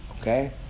Okay